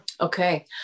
Okay